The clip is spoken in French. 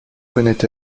venait